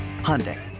Hyundai